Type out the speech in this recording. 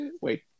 Wait